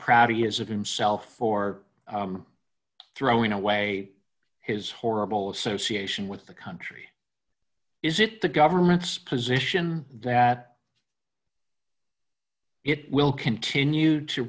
proud he is of himself for throwing away his horrible association with the country is it the government's position that it will continue to